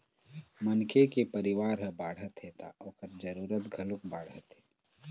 मनखे के परिवार ह बाढ़त हे त ओखर जरूरत घलोक बाढ़त हे